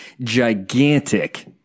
Gigantic